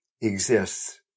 exists